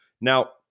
Now